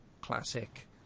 classic